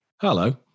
Hello